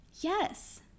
Yes